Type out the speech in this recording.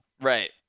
right